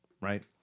Right